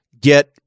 get